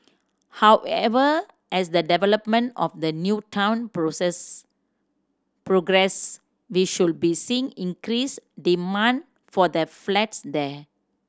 however as the development of the new town process progresses we should be seeing increased demand for the flats there